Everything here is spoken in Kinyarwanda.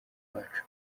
wacu